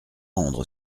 rendre